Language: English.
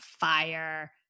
fire